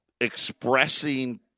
Expressing